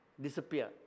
disappear